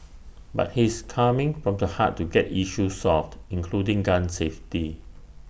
but he's coming from the heart to get issues solved including gun safety